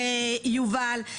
יובל.